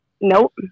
Nope